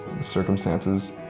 circumstances